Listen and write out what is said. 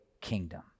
kingdom